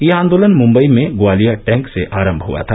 यह आंदोलन मम्बई में ग्वालिया टैंक से आरम्भ हआ था